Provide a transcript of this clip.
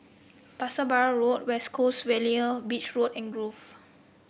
Pasir Laba Road West Coast Vale Beechwood and Grove